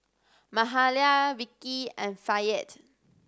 Mahalia Vicki and Fayette